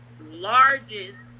largest